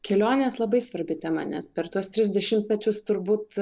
kelionės labai svarbi tema nes per tuos tris dešimtmečius turbūt